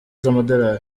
z’amadolari